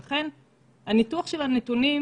ולכן הניתוח של הנתונים